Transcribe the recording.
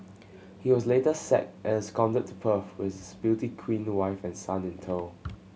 he was later sacked and absconded to Perth with his beauty queen wife and son in tow